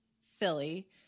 silly